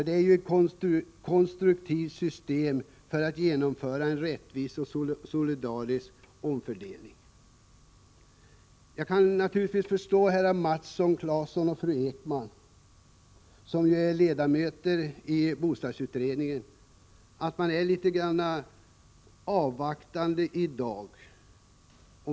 Den är ju ett konstruktivt system för att genomföra en rättvis och solidarisk omfördelning. Jag kan naturligtvis förstå att herrar Mattsson och Claeson samt fru Ekman, som är ledamöter i bostadsutredningen, är litet grand avvaktande i dag.